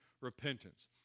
repentance